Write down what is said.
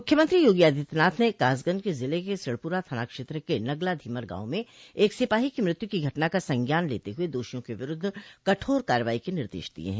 मुख्यमंत्री योगी आदित्यनाथ ने कासगंज जिले के सिढ़पुरा थाना क्षेत्र के नगला धीमर गांव में एक सिपाही की मृत्यु की घटना का संज्ञान लेते हुए दोषियों के विरूद्ध कठोर कार्रवाई के निर्देश दिये हैं